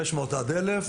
500 עד 1,000,